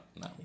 no